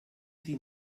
sie